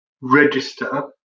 register